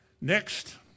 Next